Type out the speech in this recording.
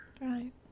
Right